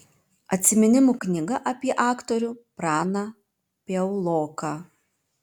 atsiminimų knyga apie aktorių praną piauloką